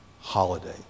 holiday